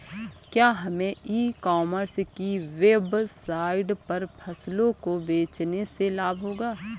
क्या हमें e commerce की वेबसाइट पर फसलों को बेचने से लाभ होगा?